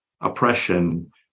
oppression